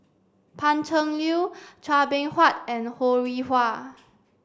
Pan Cheng Lui Chua Beng Huat and Ho Rih Hwa